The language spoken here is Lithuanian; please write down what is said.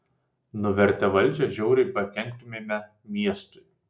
nuvertę valdžią žiauriai pakenktumėme miestui